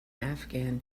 afghan